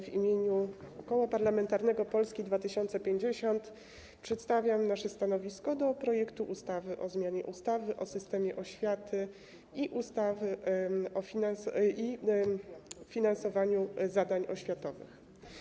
W imieniu Koła Parlamentarnego Polska 2050 przedstawiam nasze stanowisko co do projektu ustawy o zmianie ustawy o systemie oświaty i ustawy o finansowaniu zadań oświatowych.